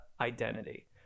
identity